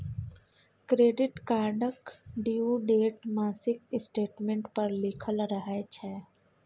credit कार्डक due date मासिक statement पर लिखल रहय छै